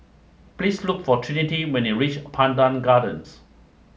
please look for Trinity when you reach Pandan Gardens